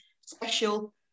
special